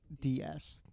DS